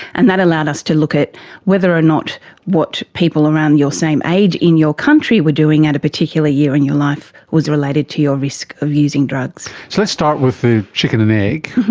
and that allowed us to look at whether or not what people around your same age in your country were doing at a particular year in your life was related to your risk of using drugs. so let's start with the chicken and egg.